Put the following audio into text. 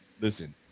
listen